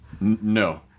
No